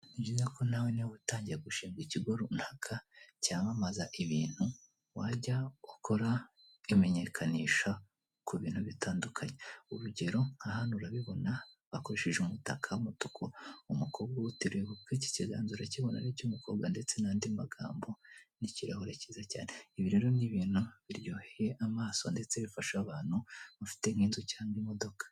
Ni byiza ko nawe niba utangiye gushinga ikigo runaka, cyamamaza ibintu, wajya ukora imenyekanisha ku bintu bitandukanye. Urugero, nka hano urabibona, bakoresheje umutaka w'umutuku , umukobwa uwuteruye, kuko iki kiganza urakibona ni icy'umukobwa ndetse n'andi magambo n'ikirahure cyiza cyane! Ibi rero biryoheye amaso ndetse bifasha abantu bafite nk'inzu cyangwa imodoka.